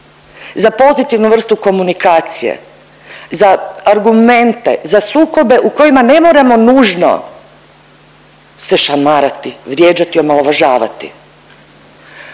za pozitivnu vrstu komunikacije, za argumente, za sukobe u kojima ne moramo nužno se šamarati, vrijeđati, omalovažavati,